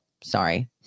Sorry